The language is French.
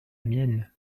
mienne